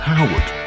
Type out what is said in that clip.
Howard